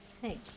Thanks